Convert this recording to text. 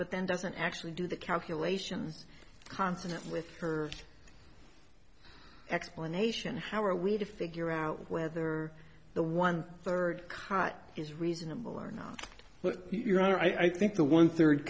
but then doesn't actually do the calculations consonant with her explanation how are we to figure out whether the one third cot is reasonable or not but your honor i think the one third